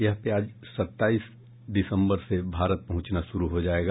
यह प्याज सत्ताईस दिसम्बर से भारत पहुंचना शुरू हो जाएगा